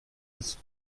ist